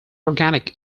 organic